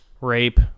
rape